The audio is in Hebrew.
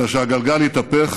אלא שהגלגל התהפך